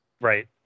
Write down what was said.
Right